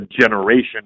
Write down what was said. generation